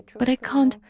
but i can't.